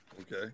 Okay